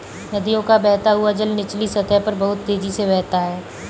नदियों का बहता हुआ जल निचली सतह पर बहुत तेजी से बहता है